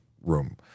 room